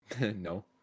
No